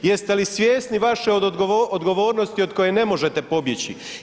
Jeste li svjesni vaše odgovornosti od koje ne možete pobjeći?